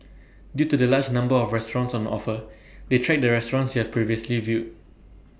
due to the large number of restaurants on offer they track the restaurants you have previously viewed